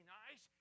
nice